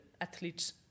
athletes